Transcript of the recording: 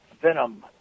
Venom